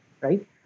right